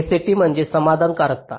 SAT म्हणजे समाधानकारकता